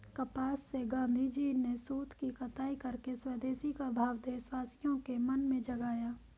कपास से गाँधीजी ने सूत की कताई करके स्वदेशी का भाव देशवासियों के मन में जगाया